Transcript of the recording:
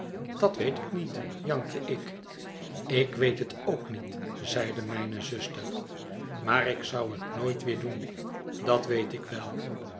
dat weet ik niet jankte ik ik weet het ook niet zeide mijne zuster maar ik zou het nooit weer doen dat weet ik wel